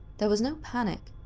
there was no panic.